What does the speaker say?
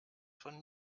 von